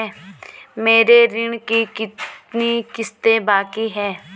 मेरे ऋण की कितनी किश्तें बाकी हैं?